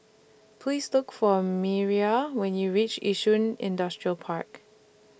Please Look For Miriah when YOU REACH Yishun Industrial Park